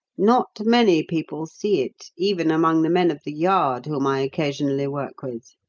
not many people see it, even among the men of the yard whom i occasionally work with.